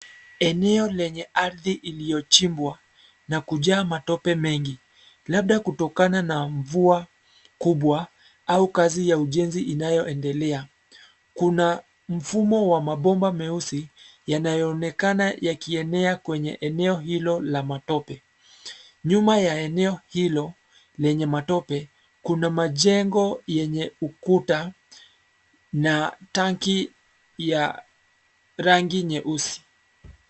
Eneo lenye ardhi iliyochimbwa, na kujaa matope mengi, labda kutokana na mvua kubwa au kazi ya ujenzi inayoendelea. Kuna mfumo wa mabomba meusi, yanayoonekana yakienea kwenye eneo hilo la matope. Nyuma ya eneo hilo, lenye matope, kuna majengo yenye ukuta, na tanki ya rangi nyeusi.